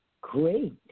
Great